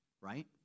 right